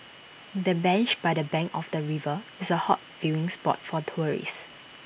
the bench by the bank of the river is A hot viewing spot for tourists